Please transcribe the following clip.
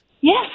Yes